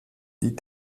die